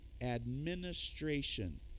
administration